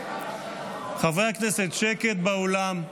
חברי הכנסת, שקט באולם.